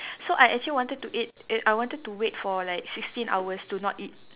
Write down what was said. so I actually wanted to ate eh I wanted to wait for like sixteen hours to not eat